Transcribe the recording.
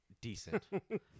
Decent